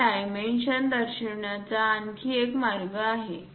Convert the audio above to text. हा डायमेन्शन दर्शविण्याचा आणखी एक मार्ग आहे